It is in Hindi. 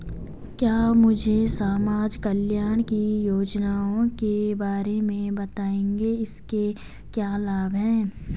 क्या मुझे समाज कल्याण की योजनाओं के बारे में बताएँगे इसके क्या लाभ हैं?